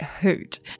hoot